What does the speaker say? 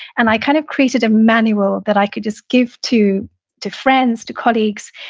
and i kind of created a manual that i could just give to to friends, to colleagues.